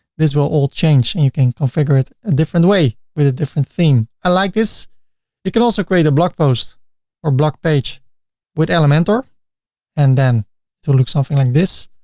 this will all change and you can configure it a different way with a different theme. i like this you can also create a blog post or blog page with elementor and then it will look something like this.